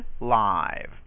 live